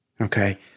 Okay